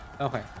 Okay